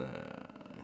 uh